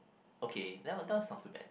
okay then that one that one's not too bad